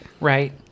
Right